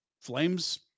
Flames